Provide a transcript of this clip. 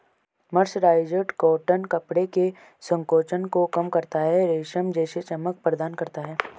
mercerised cotton कपड़े के संकोचन को कम करता है, रेशम जैसी चमक प्रदान करता है